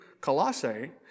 Colossae